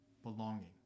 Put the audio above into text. belonging